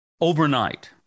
overnight